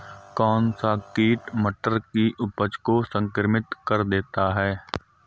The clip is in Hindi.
कौन सा कीट मटर की उपज को संक्रमित कर देता है?